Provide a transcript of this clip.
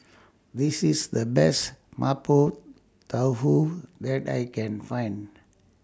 This IS The Best Mapo Tofu that I Can Find